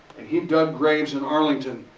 and he dug graves in arlington,